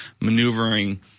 maneuvering